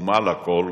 ומעל לכול,